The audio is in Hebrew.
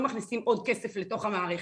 לא מכניסים עוד כסף לתוך המערכת.